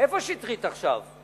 איפה שטרית עכשיו?